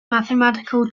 mathematical